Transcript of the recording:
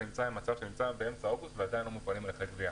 אנחנו באמצע אוגוסט 2020 ועדיין לא מופעלים הליכי גבייה.